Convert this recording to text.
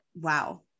Wow